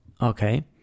Okay